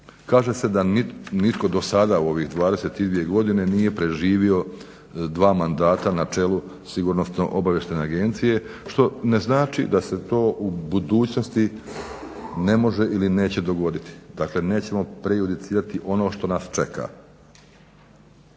Kaže se da nitko do sada u ovih 22 godine nije preživio dva mandata na čelu sigurnosno obavještajne agencije što ne znači da se to u budućnosti ne može ili neće dogoditi. Dakle nećemo prejudicirati ono što nas čeka.